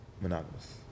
monogamous